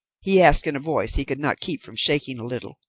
he asked, in a voice he could not keep from shaking a little.